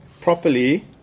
Properly